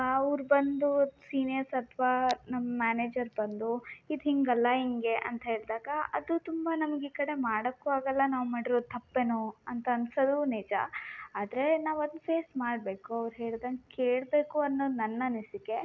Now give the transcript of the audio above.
ಅವ್ರು ಬಂದು ಸೀನಿಯರ್ಸ್ ಅಥವಾ ನಮ್ಮ ಮ್ಯಾನೇಜರ್ ಬಂದು ಇದು ಹೀಗಲ್ಲ ಹಿಂಗೆ ಅಂತ ಹೇಳಿದಾಗ ಅದು ತುಂಬ ನಮ್ಗೆ ಈ ಕಡೆ ಮಾಡೋಕ್ಕು ಆಗಲ್ಲ ನಾವು ಮಾಡಿರೊದು ತಪ್ಪೇನೊ ಅಂತ ಅನಿಸೋದು ನಿಜ ಆದರೆ ನಾವು ಅದ್ನ ಫೇಸ್ ಮಾಡಬೇಕು ಅವ್ರು ಹೇಳ್ದಂಗೆ ಕೇಳಬೇಕು ಅನ್ನೋದು ನನ್ನ ಅನಿಸಿಕೆ